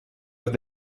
have